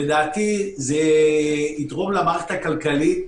לדעתי זה יתרום למערכת הכלכלית.